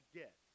get